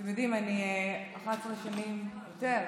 אתם יודעים, אני 11 שנים, יותר,